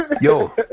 yo